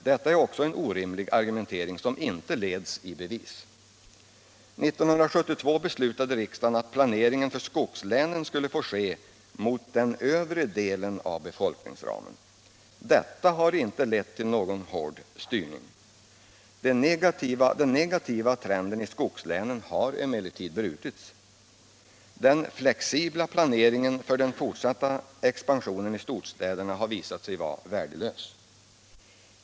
Det är också en orimlig argumentering som inte leds i bevis. År 1972 beslöt riksdagen att planeringen för skogslänen skulle få ske mot den övre delen av befolkningsramen. Detta har inte lett till någon hård styrning. Den negativa trenden i skogslänen har emellertid brutits. Den flexibla planeringen för den fortsatta expansionen i storstäderna har visat sig vara värdelös.